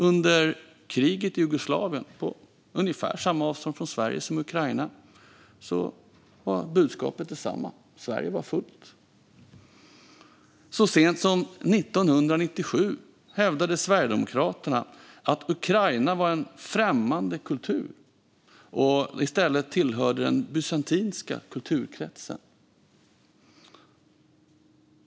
Under kriget i Jugoslavien, på ungefär samma avstånd från Sverige som Ukraina, var budskapet detsamma: Sverige var fullt. Så sent som 1997 hävdade Sverigedemokraterna att Ukraina var en främmande kultur som tillhörde den bysantinska kulturkretsen.